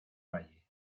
valle